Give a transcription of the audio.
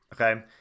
Okay